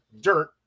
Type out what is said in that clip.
dirt